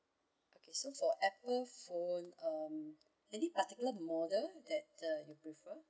okay so for apple phone um any particular model that uh you prefer